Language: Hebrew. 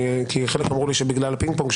כי חלק אמרו לי שבגלל הפינג-פונג,